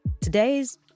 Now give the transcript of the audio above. today's